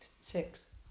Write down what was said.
Six